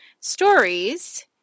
stories